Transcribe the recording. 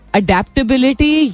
adaptability